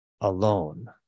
alone